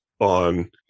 on